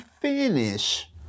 finish